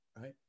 Right